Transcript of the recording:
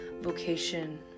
vocation